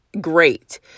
great